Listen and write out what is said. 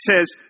says